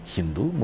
Hindu